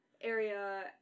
area